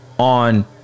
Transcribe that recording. On